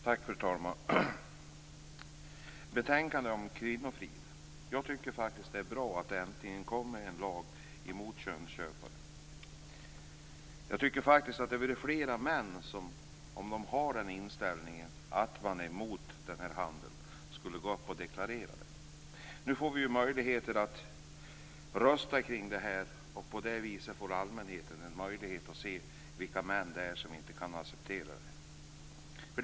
Fru talman! Betänkandet handlar om kvinnofrid. Jag tycker faktiskt att det är bra att det äntligen kommer en lag mot könsköpare. Om det är flera män som är emot denna handel, tycker jag att de borde gå upp och deklarera det. Nu får vi ju möjligheter att rösta om detta. På det viset får allmänheten en möjlighet att se vilka män det är som inte kan acceptera förslaget.